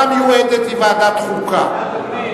אני קובע שהצעת חוק המקרקעין (תיקון,